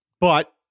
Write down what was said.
But-